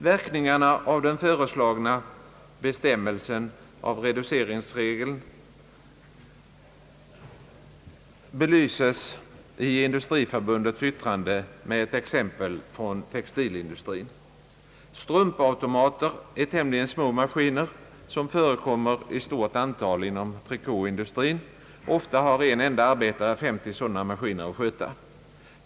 Verkningarna av den föreslagna bestämmelsen belyses i Industriförbundets yttrande med ett exempel från textilindustrin. Strumpautomater är tämligen små maskiner som förekommer i stort antal inom irikåindustrin. Ofta har en enda arbetare 50 sådana maskiner att sköta.